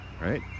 Right